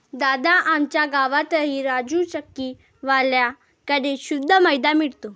दादा, आमच्या गावातही राजू चक्की वाल्या कड़े शुद्ध मैदा मिळतो